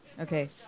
Okay